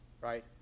right